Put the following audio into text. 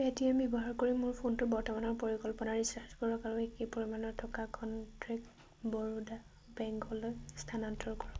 Paytm ব্যৱহাৰ কৰি মোৰ ফোনটো বৰ্তমানৰ পৰিকল্পনাৰ ৰিচাৰ্জ কৰক আৰু একে পৰিমাণৰ টকা কনটেক্ট বৰোদা বেংকলৈ স্থানান্তৰ কৰক